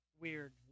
Weird